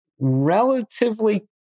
relatively